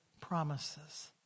promises